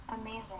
Amazing